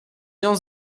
nią